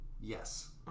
Yes